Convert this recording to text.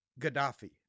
Gaddafi